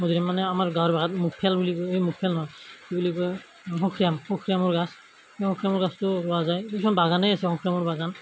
মধুৰিআম মানে আমাৰ গাঁৱৰ ভাষাত মুখিয়াল বুলি এই মুখিয়াল নহয় কি বুলি কয় মুখিয়াম মুখিয়ামৰ গাছ মুখিয়ামৰ গাছটো ৰোৱা যায় কিছুমান বাগানেই আছে মুখিয়ামৰ বাগান